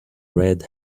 red